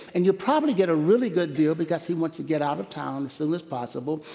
and you'd probably get a really good deal because he wants to get out of town as soon as possible,